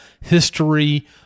history